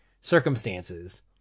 circumstances